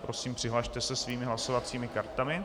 Prosím, přihlaste se vašimi hlasovacími kartami.